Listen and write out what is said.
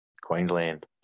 Queensland